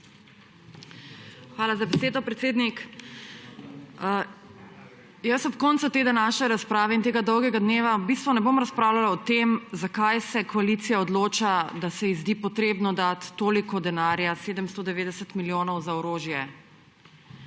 Hvala za besedo, predsednik. Jaz ob koncu te današnje razprave in tega dolgega dneva v bistvu ne bom razpravljala o tem, zakaj se koalicija odloča, da se ji zdi potrebno dati toliko denarja, 790 milijonov, za orožje.